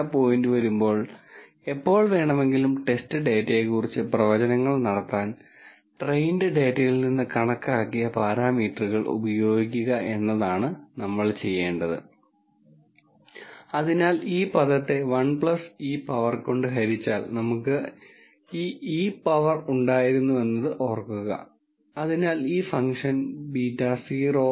ഈ കോഴ്സിൽ നമ്മൾ ചെയ്യുന്നത് പങ്കെടുക്കുന്നവരെ ഒരു ഡാറ്റാ സയൻസ് പ്രോബ്ലം സോൾവിങ് ചട്ടക്കൂടിലേക്ക് പരിചയപ്പെടുത്തുക അതിനെക്കുറിച്ചുള്ള വളരെ ചെറിയ ലെക്ച്ചർ പൊതുവായ ഡാറ്റാ സയൻസ് പ്രോബ്ളങ്ങളെക്കുറിച്ച് ഒരാൾ എങ്ങനെ ചിന്തിക്കണം നിങ്ങൾക്കറിയാവുന്ന വെൽ ഡിഫൈൻഡ് അല്ലാത്ത ഒരു പ്രോബ്ലം ഈ കോഴ്സിൽ നിങ്ങൾ പഠിക്കുന്ന ടെക്നിക്കുകൾ ഉപയോഗിച്ച് കൈകാര്യം ചെയ്യാവുന്ന ഒന്നായി എങ്ങനെ പരിവർത്തനം ചെയ്യുന്നു എന്നതിന്റെയെല്ലാം ഒരു വീക്ഷണം നിങ്ങൾക്ക് നൽകുന്നു